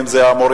ואם זה מורים,